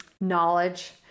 knowledge